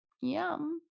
yum